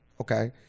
Okay